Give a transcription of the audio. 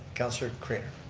councilor kerrio.